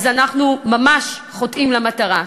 אנחנו ממש חוטאים למטרה.